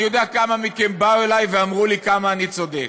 אני יודע כמה מכם באו אלי ואמרו לי כמה אני צודק,